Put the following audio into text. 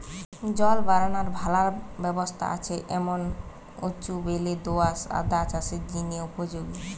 জল বারানার ভালা ব্যবস্থা আছে এমন উঁচু বেলে দো আঁশ আদা চাষের জিনে উপযোগী